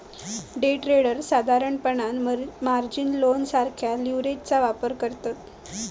day traders साधारणपणान margin loan सारखा लीव्हरेजचो वापर करतत